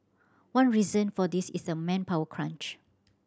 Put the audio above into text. one reason for this is a manpower crunch